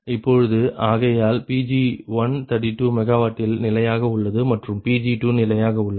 இப்பொழுது ஆகையால் Pg132 MW இல் நிலையாக உள்ளது மற்றும் Pg2 நிலையாக உள்ளது